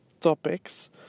topics